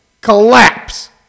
collapse